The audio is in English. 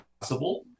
possible